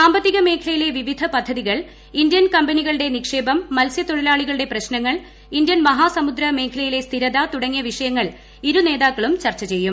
സാമ്പത്തിക മേഖലയിലെ വിവിധ പദ്ധരി്കൾ ഇന്ത്യൻ കമ്പനികളുടെ നിക്ഷേപം മത്സ്യത്തൊഴിലാളികളുടെ പ്രിശ്നങ്ങൾ ഇന്ത്യൻ മഹാസമുദ്ര മേഖലയിലെ സ്ഥിരത തുടങ്ങിയ് വൃഷയങ്ങൾ ഇരുനേതാക്കളും ചർച്ച ചെയ്യും